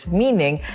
meaning